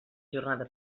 jornada